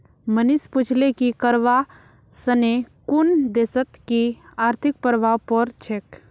मनीष पूछले कि करवा सने कुन देशत कि आर्थिक प्रभाव पोर छेक